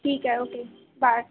ٹھیک ہے okay bye